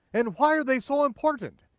and why are they so important?